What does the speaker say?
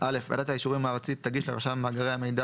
(א)ועדת האישורים הארצית תגיש לרשם מאגרי המידע